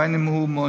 בין שהוא מעון-יום,